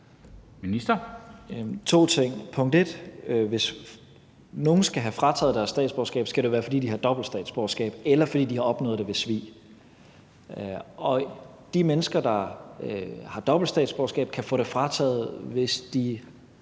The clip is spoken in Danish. (Mattias Tesfaye): Hvis nogen skal have frataget deres statsborgerskab, skal det være, fordi de har dobbelt statsborgerskab, eller fordi de har opnået det ved svig. De mennesker, der har dobbelt statsborgerskab, kan få det frataget, hvis de